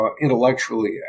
intellectually